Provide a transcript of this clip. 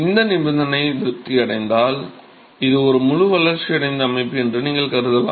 இந்த நிபந்தனை திருப்தி அடைந்தால் இது ஒரு முழு வளர்ச்சியடைந்த அமைப்பு என்று நீங்கள் கருதலாம்